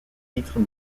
titres